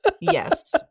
Yes